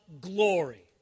glory